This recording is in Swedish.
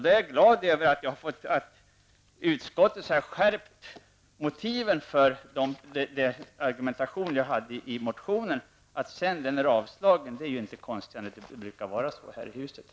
Jag är glad över att utskottet har skärpt motiven när det gäller min argumentation i motionen. Att min motion sedan har avstyrkts är inte konstigare än att det brukar bli så här i riksdagen.